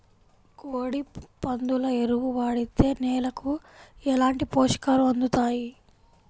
కోడి, పందుల ఎరువు వాడితే నేలకు ఎలాంటి పోషకాలు అందుతాయి